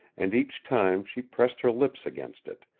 and each time she pressed her lips against it,